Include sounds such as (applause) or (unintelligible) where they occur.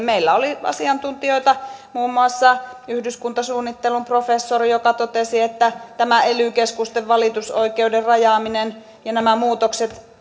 (unintelligible) meillä oli asiantuntijoita muun muassa yhdyskuntasuunnittelun professori joka totesi että tämä ely keskusten valitusoikeuden rajaaminen ja nämä muutokset (unintelligible)